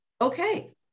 Okay